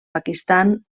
pakistan